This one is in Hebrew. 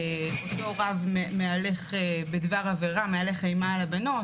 שאותו רב מהלך אימה על הבנות,